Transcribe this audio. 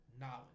knowledge